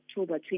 October